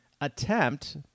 attempt